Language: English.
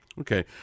Okay